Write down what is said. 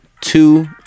two